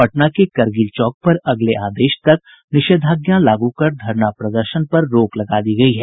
पटना के करगिल चौक पर अगले आदेश तक निषेधाज्ञा लागू कर धरना प्रदर्शन पर रोक लगा दी गयी है